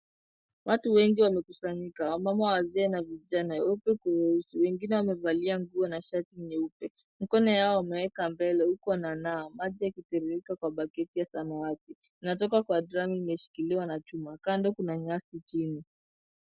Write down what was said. Watu wengi wamekusanyika. Wamama, wazee na vijana weupe kwa weusi wengine wamevalia nguo na shati nyeupe. Mikono yao wameweka mbele huku wananawa. Maji yakiteremka kwa baketi ya samawati yanayotoka kwa dramu imeshikiliwa na chuma. Kando kuna nyasi chini.